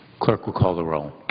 clerk will call the roll.